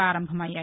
ప్రారంభమయ్యాయి